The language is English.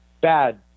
bad